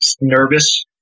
nervous